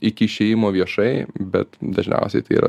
iki išėjimo viešai bet dažniausiai tai yra